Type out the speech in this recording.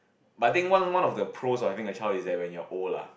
but I think one one of the pros of having a child is that when you're old lah